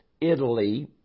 Italy